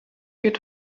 geht